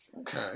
Okay